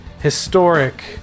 Historic